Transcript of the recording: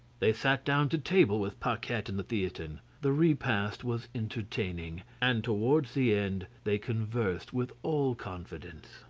they sat down to table with paquette and the theatin the repast was entertaining and towards the end they conversed with all confidence.